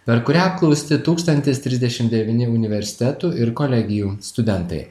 per kurią apklausti tūkstantis trisdešimt devyni universitetų ir kolegijų studentai